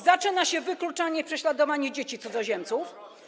Zaczyna się wykluczanie, prześladowanie dzieci cudzoziemców.